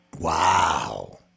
Wow